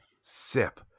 sip